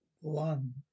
One